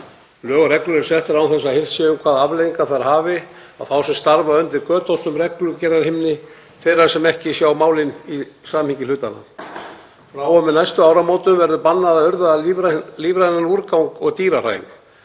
Lög og reglur eru settar án þess að hirt sé um hvaða afleiðingar það hafi á þá sem starfa undir götóttum reglugerðarhimni þeirra sem ekki sjá málin í samhengi hlutanna. Frá og með næstu áramótum verður bannað að urða lífrænan úrgang og dýrahræ.